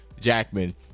Jackman